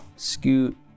Scoot